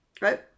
right